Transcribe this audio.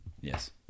Yes